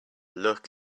look